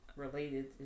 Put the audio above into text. related